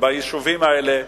ביישובים האלה,